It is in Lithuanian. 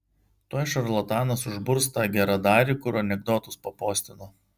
tuoj šarlatanas užburs tą geradarį kur anekdotus papostino